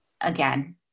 again